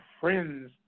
friends